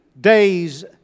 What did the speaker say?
days